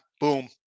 boom